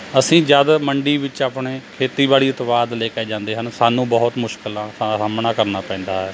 ਅਸੀਂ ਜਦੋਂ ਮੰਡੀ ਵਿੱਚ ਆਪਣੇ ਖੇਤੀਬਾੜੀ ਉਤਪਾਦ ਲੈ ਕੇ ਜਾਂਦੇ ਹਾਂ ਤਾਂ ਸਾਨੂੰ ਬਹੁਤ ਮੁਸ਼ਕਲਾਂ ਦਾ ਸਾਹਮਣਾ ਕਰਨਾ ਪੈਂਦਾ ਹੈ